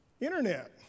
Internet